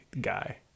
guy